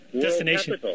Destination